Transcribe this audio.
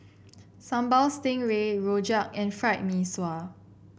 Sambal Stingray Rojak and Fried Mee Sua